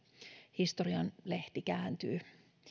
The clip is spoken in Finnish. historian lehti kääntyy